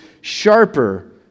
sharper